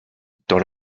dans